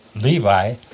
Levi